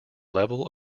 level